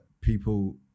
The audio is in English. people